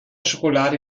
schokolade